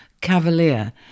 cavalier